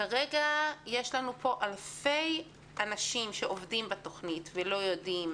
כרגע יש אלפי אנשים שעובדים בתוכנית ולא יודעים